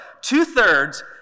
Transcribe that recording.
Two-thirds